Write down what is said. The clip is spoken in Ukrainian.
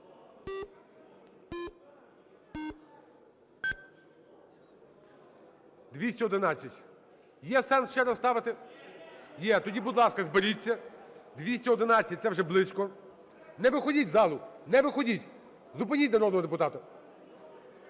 За-211 Є сенс ще раз ставити? Є. Тоді, будь ласка, зберіться, 211 – це вже близько. Не виходіть з залу, не виходіть, зупиніть народного депутата.